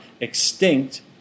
extinct